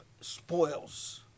spoils